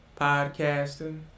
podcasting